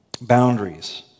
boundaries